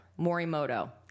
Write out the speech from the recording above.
Morimoto